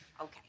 Okay